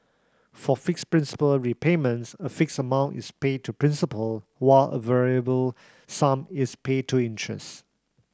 for fixed principal repayments a fixed amount is paid to principal while a variable sum is paid to interest